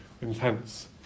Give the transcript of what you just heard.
intense